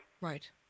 Right